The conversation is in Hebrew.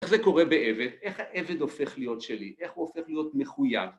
איך זה קורה בעבד? איך העבד הופך להיות שלי, איך הוא הופך להיות מחויב?